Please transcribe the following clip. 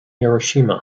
hiroshima